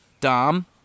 Dom